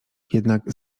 jednak